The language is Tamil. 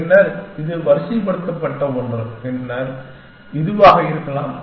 பின்னர் அடுத்த வரிசைப்படுத்தப்பட்ட ஒன்று இதுவாக இருக்கலாம்